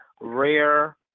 Rare